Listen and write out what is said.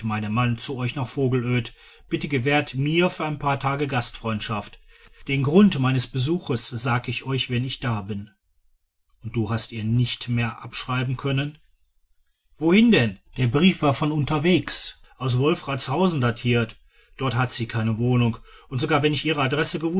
meinem mann zu euch nach vogelöd bitte gewährt mir für ein paar tage gastfreundschaft den grund meines besuchs sage ich euch wenn ich da bin und du hast ihr nicht mehr abschreiben können wohin denn der brief war von unterwegs aus wolfratshausen datiert dort hat sie keine wohnung und sogar wenn ich ihre adresse